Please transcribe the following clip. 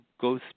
go